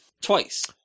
twice